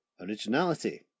originality